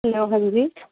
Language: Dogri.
हैलो हां जी